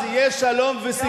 יצאו מעזה, יצאו מעזה.